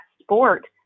sport